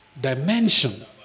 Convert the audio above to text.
dimension